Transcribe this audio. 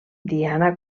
diana